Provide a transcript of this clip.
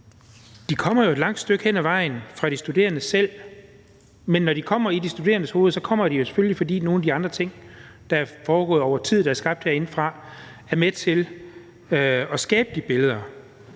kommer jo et langt stykke hen ad vejen fra de studerende selv, men når de kommer i de studerendes hoveder, kommer de selvfølgelig, fordi nogle af de andre ting, der er foregået over tid, og som er skabt herindefra, er med til at skabe de billeder.